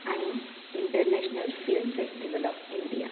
आनी international film festival of India